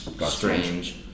strange